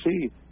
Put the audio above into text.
see